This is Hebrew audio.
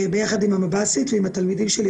ביחד עם המב"סית ועם התלמידים שלי,